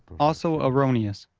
also erroneous.